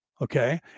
Okay